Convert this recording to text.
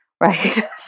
right